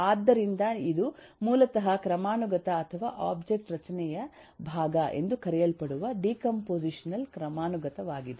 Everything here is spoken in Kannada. ಆದ್ದರಿಂದ ಇದು ಮೂಲತಃ ಕ್ರಮಾನುಗತ ಅಥವಾ ಒಬ್ಜೆಕ್ಟ್ ರಚನೆಯ ಭಾಗ ಎಂದು ಕರೆಯಲ್ಪಡುವ ಡಿಕಂಪೊಸಿಶನಲ್ ಕ್ರಮಾನುಗತವಾಗಿದೆ